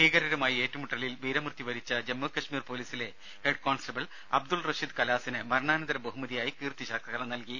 ഭീകരരുമായി ഏറ്റുമുട്ടലിൽ വീരമൃത്യു വരിച്ച ജമ്മുകശ്മീർ പൊലീസിലെ ഹെഡ്കോൺസ്റ്റബിൾ അബ്ദുൾ റഷീദ് കലാസിന് മരണാനന്തര ബഹുമതിയായി കീർത്തിചക്ര നൽകി